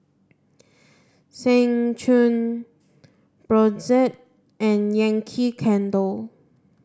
Seng Choon Brotzeit and Yankee Candle